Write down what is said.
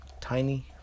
tiny